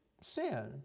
sin